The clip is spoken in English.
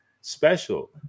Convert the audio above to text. special